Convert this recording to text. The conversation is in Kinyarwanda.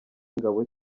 ingabo